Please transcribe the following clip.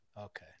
Okay